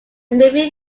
movie